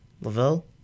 Lavelle